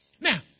Now